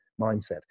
mindset